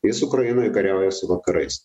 jis ukrainoj kariauja su vakarais